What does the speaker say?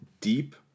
deep